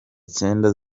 cyenda